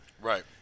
Right